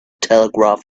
telegraph